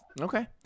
Okay